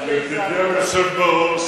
ידידי היושב בראש,